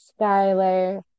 Skyler